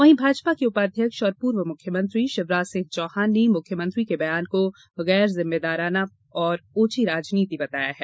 वहीं भाजपा के उपाध्यक्ष और पूर्व मुख्यमंत्री शिवराज सिंह चौहान ने मुख्यमंत्री के बयान को गैर जिम्मेदाराना और ओछी राजनीति बताया है